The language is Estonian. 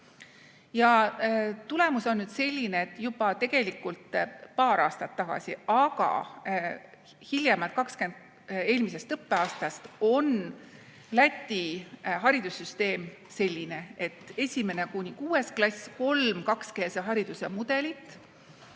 Ja tulemus on nüüd selline, et tegelikult juba paar aastat tagasi, aga hiljemalt eelmisest õppeaastast on Läti haridussüsteem selline, et 1.–6. klassis on kolm kakskeelse hariduse mudelit,